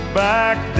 back